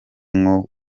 nko